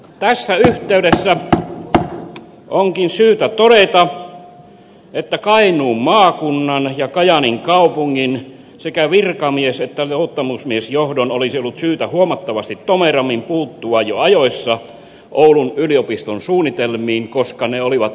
tässä yhteydessä onkin syytä todeta että kainuun maakunnan ja kajaanin kaupungin sekä virkamies että luottamusmiesjohdon olisi ollut syytä huomattavasti tomerammin puuttua jo ajoissa oulun yliopiston suunnitelmiin koska ne olivat ennakkoon tiedossa